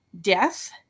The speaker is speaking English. death